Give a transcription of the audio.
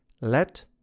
let